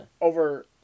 over